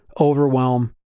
Overwhelm